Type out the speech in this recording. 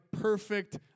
perfect